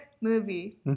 movie